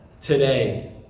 today